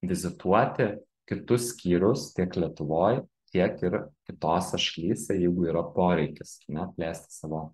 vizituoti kitus skyrus tiek lietuvoj tiek ir kitose šalyse jeigu yra poreikis ar ne plėsti savo